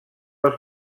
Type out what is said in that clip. els